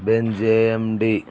Benz A M D